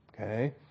Okay